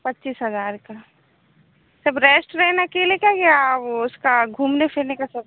पच्चीस हजार का सब रेश्ट रहने अकेले का या वो उसका घूमने फिरने का सब